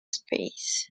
space